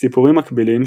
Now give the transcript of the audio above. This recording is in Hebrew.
סיפורים מקבילים,